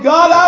God